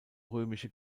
römische